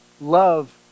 love